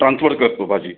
transfer करतो भाजी